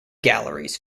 galleries